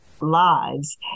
lives